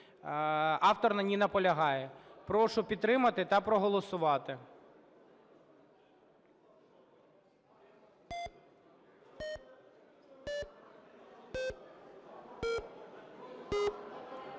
Автор на ній наполягає. Прошу підтримати та проголосувати.